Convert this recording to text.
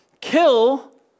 kill